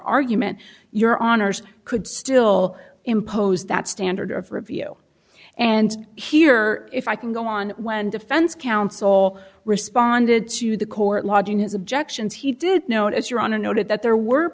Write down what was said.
argument your honour's could still impose that standard of review and here if i can go on when defense counsel responded to the court lodging his objections he did notice you're on a noted that there were